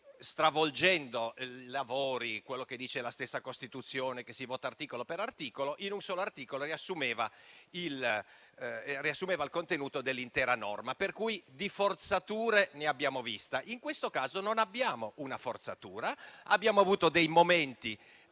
che, stravolgendo i lavori e ciò che è previsto dalla stessa Costituzione, ossia che si vota articolo per articolo, in un solo articolo riassumeva il contenuto dell'intera norma. Per cui di forzature ne abbiamo viste. In questo caso non abbiamo una forzatura. Abbiamo avuto dei momenti